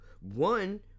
one